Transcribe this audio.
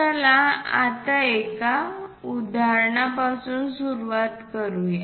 चला आता एका उदाहरणापासून सुरुवात करू या